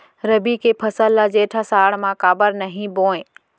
रबि के फसल ल जेठ आषाढ़ म काबर नही बोए?